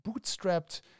bootstrapped